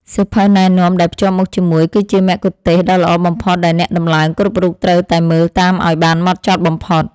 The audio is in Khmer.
សៀវភៅណែនាំដែលភ្ជាប់មកជាមួយគឺជាមគ្គុទ្ទេសក៍ដ៏ល្អបំផុតដែលអ្នកដំឡើងគ្រប់រូបត្រូវតែមើលតាមឱ្យបានហ្មត់ចត់បំផុត។